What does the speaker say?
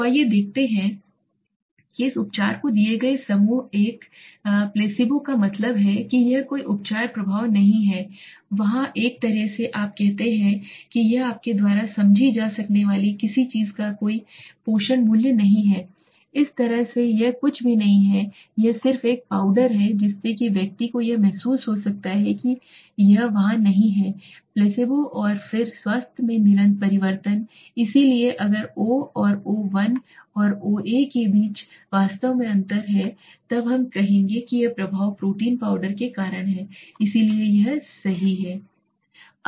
तो आइये देखते हैं इस उपचार को दिए गए समूह 1 प्लेसिबो का मतलब है कि यह कोई उपचार प्रभाव नहीं है वहाँ एक तरह से आप कहते हैं कि यह आपके द्वारा समझी जा सकने वाली किसी चीज़ का कोई पोषण मूल्य नहीं है इस तरह से यह कुछ भी नहीं है यह सिर्फ एक पाउडर है जिससे कि व्यक्ति को यह महसूस हो सकता है कि यह वहां नहीं है प्लेसेबो और फिर स्वास्थ्य में परिवर्तन इसलिए अगर ओ और ओ 1 और ओए के बीच वास्तव में अंतर है तब हम कहेंगे कि यह प्रभाव प्रोटीन पाउडर के कारण है इसलिए यह सही है